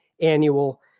annual